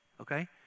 okay